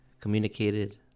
communicated